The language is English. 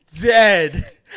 dead